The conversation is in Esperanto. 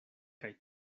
kaj